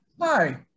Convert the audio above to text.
Hi